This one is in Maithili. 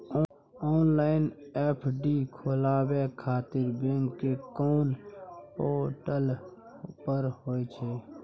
ऑनलाइन एफ.डी खोलाबय खातिर बैंक के कोन पोर्टल पर होए छै?